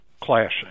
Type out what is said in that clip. clashing